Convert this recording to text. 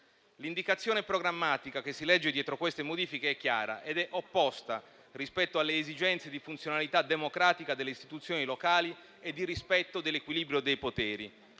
L'indicazione programmatica che si legge dietro queste modifiche è chiara ed è opposta rispetto alle esigenze di funzionalità democratica delle istituzioni locali e di rispetto dell'equilibrio dei poteri.